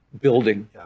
building